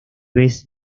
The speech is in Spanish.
vez